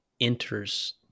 enters